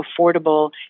affordable